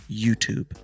YouTube